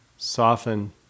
Soften